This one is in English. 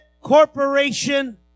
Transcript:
corporation